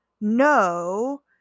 no